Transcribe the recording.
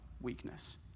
weakness